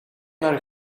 naar